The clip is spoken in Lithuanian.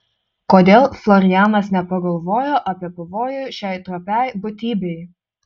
kodėl florianas nepagalvojo apie pavojų šiai trapiai būtybei